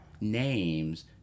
names